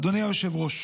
אדוני היושב-ראש,